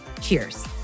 Cheers